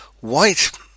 White